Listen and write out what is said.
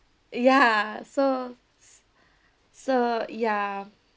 ya so so ya